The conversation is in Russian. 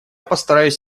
постараюсь